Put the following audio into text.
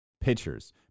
Pitchers